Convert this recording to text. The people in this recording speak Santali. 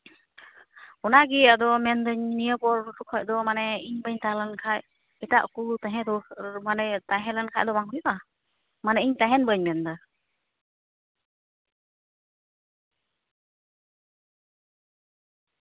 ᱚᱱᱟ ᱜᱮ ᱟᱫᱚ ᱢᱮᱱᱫᱟᱹᱧ ᱱᱤᱭᱟᱹ ᱠᱚ ᱠᱷᱚᱡ ᱫᱚ ᱢᱟᱱᱮ ᱤᱧ ᱵᱟᱹᱧ ᱛᱟᱦᱮᱞᱮᱱ ᱠᱷᱟᱡ ᱮᱴᱟᱜ ᱠᱚ ᱛᱟᱦᱮᱸ ᱫᱚ ᱢᱟᱱᱮ ᱛᱟᱦᱮᱞᱮᱱ ᱠᱷᱟᱡ ᱫᱚ ᱵᱟᱝ ᱦᱩᱭᱩᱜᱼᱟ ᱢᱟᱱᱮ ᱤᱧ ᱛᱟᱦᱮᱱ ᱵᱟᱹᱧ ᱢᱮᱱ ᱮᱫᱟ